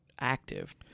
active